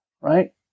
Right